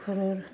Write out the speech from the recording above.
ঘৰৰ